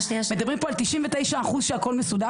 מדברים כאן על 99 אחוזים הכול מסודר